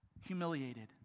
humiliated